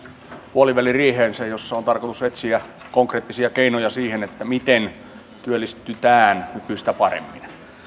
puoliväliriiheensä jossa on tarkoitus etsiä konkreettisia keinoja siihen miten työllistytään nykyistä paremmin